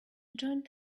joined